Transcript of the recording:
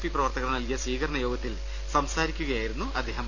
P പ്രവർത്തകർ നൽകിയ സ്വീകരണയോഗത്തിൽ സംസാരിക്കുകയായിരുന്നു അദ്ദേഹം